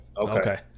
Okay